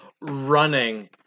running